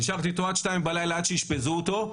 נשארתי איתו עד 02:00 בלילה עד שאשפזו אותו,